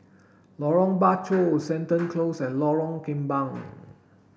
Lorong Bachok Seton Close and Lorong Kembang